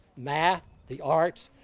math, the arts,